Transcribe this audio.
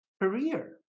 career